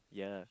yeah